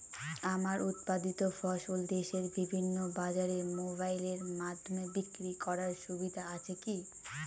আমার উৎপাদিত ফসল দেশের বিভিন্ন বাজারে মোবাইলের মাধ্যমে বিক্রি করার সুবিধা আছে কি?